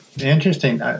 interesting